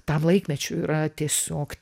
tam laikmečiui yra tiesiog